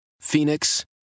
Phoenix